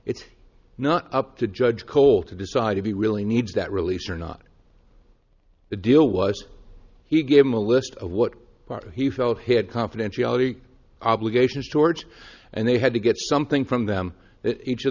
it's not up to judge cole to decide if he really needs that release or not the deal was he gave them a list of what part he felt he had confidentiality obligations towards and they had to get something from them each of